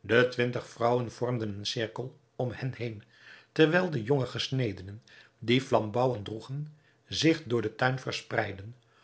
de twintig vrouwen vormden een cirkel om hen heen terwijl de jonge gesnedenen die flambouwen droegen zich door den tuin verspreidden